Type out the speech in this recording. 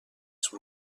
son